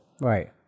Right